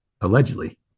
allegedly